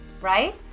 right